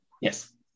yes